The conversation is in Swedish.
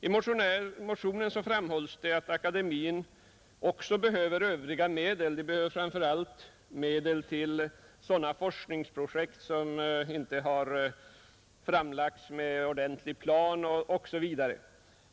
I motionen framhålls det att IVA också behöver andra medel, framför allt till sådana forskningsprojekt som inte har framlagts med ordentlig plan o.d.